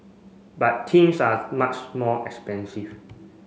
but things are much more expensive